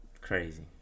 Crazy